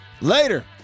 Later